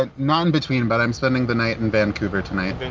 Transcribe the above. ah not in between, but i'm spending the night in vancouver tonight.